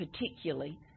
particularly